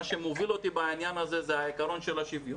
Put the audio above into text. מה שמוביל אותי בעניין הזה זה העיקרון של השוויון,